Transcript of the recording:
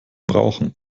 brauchen